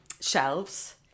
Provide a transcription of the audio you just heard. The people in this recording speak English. shelves